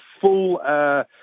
full